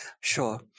Sure